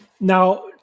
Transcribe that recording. now